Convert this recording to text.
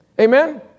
Amen